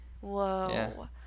Whoa